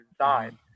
inside